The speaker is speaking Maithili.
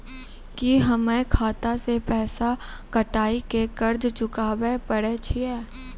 की हम्मय खाता से पैसा कटाई के कर्ज चुकाबै पारे छियै?